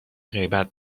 غیبت